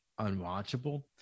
unwatchable